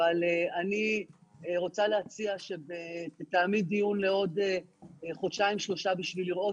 אבל אני רוצה להציע שתתאמי דיון לעוד חודשיים שלושה בשביל לראות